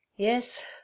Yes